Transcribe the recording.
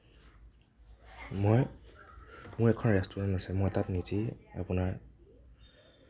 মই মোৰ এখন ৰেষ্টুৰেণ্ট আছে মই তাতে নিজেই আপোনাৰ